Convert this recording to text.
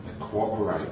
cooperate